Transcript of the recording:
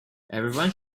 everyone